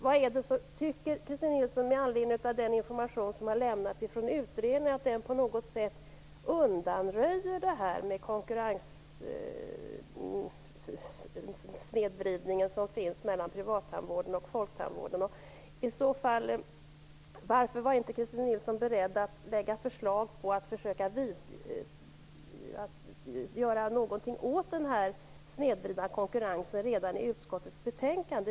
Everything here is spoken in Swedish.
Tycker Christin Nilsson med anledning av den information som har lämnats från utredningen att den på något sätt undanröjer den snedvridning som finns mellan privattandvården och folktandvården? Varför var inte Christin Nilsson beredd att lägga fram förslag på att försöka göra något åt den snedvridna konkurrensen redan i utskottets betänkande.